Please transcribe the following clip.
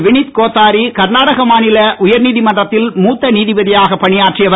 வினித் கோத்தாரி கர்நாடக மாநில உயர்நீதிமன்றத்தில் மூத்த நீதிபதியாக பணியாற்றியவர்